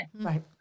Right